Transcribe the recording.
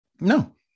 no